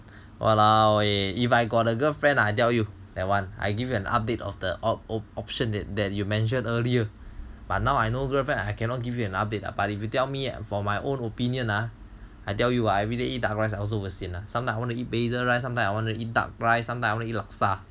!walao! eh if I got a girlfriend I tell you that one I give an update of the all option that that you mentioned earlier but now I no girlfriend I cannot give you an update but if you tell me for my own opinion ah I tell you I everyday eat duck rice I also will sian lah sometime I want to eat braised rice sometime I want to eat duck rice sometime only laksa